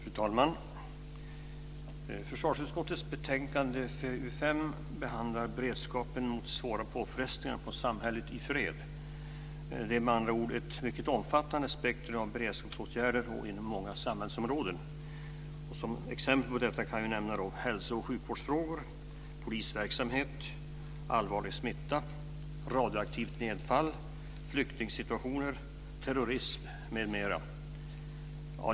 Fru talman! Försvarsutskottets betänkande FöU5 behandlar beredskapen mot svåra påfrestningar på samhället i fred. Det är med andra ord ett mycket omfattande spektrum av beredskapsåtgärder och inom många samhällsområden. Som exempel på detta kan jag nämna hälso och sjukvårdsfrågor, polisverksamhet, allvarlig smitta, radioaktivt nedfall, flyktingsituationer, terrorism m.m.